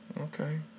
okay